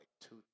two